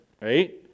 right